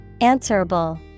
Answerable